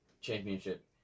championship